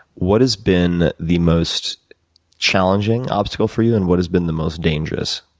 what has been the most challenging obstacle for you, and what has been the most dangerous?